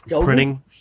printing